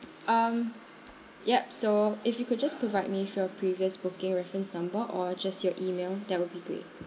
um yup so if you could just provide me with your previous booking reference number or just your email that would be great